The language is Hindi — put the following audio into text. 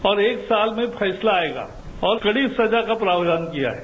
और एक साल में फैसला होगा और कड़ी सजा का प्रावधान किया है